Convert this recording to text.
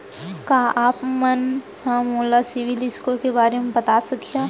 का आप हा मोला सिविल स्कोर के बारे मा बता सकिहा?